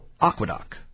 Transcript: aqueduct